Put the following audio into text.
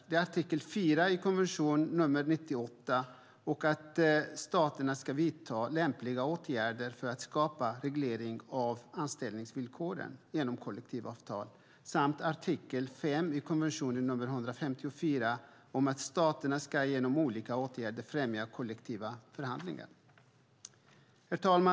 Det är artikel 4 i konvention nr 98 om att staterna ska vidta lämpliga åtgärder för att skapa reglering av anställningsvillkoren genom kollektivavtal samt artikel 5 i konvention nr 154 om att staterna genom olika åtgärder ska främja kollektiva förhandlingar. Herr talman!